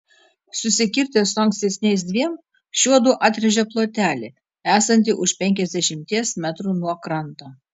susikirtę su ankstesniais dviem šiuodu atrėžė plotelį esantį už penkiasdešimties metrų nuo kranto